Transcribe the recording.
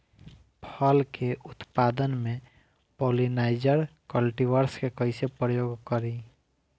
फल के उत्पादन मे पॉलिनाइजर कल्टीवर्स के कइसे प्रयोग करी?